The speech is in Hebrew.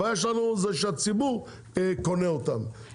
הבעיה שלנו זו שהציבור קונה אותם,